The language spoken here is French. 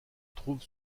trouve